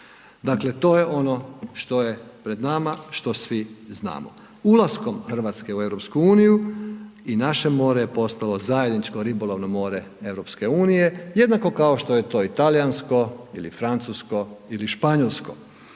Dakle, to je ono što je pred nama što svi znamo. Ulaskom Hrvatske u EU i naše more je postalo zajedničko ribolovno more EU jednako kao što je to i talijansko ili francusko ili španjolsko.